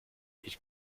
ich